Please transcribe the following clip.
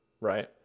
Right